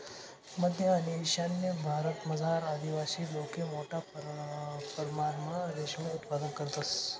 मध्य आणि ईशान्य भारतमझार आदिवासी लोके मोठा परमणमा रेशीम उत्पादन करतंस